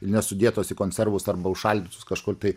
ir nesudėtos į konservus arba užšaldytus kažkur tai